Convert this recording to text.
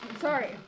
sorry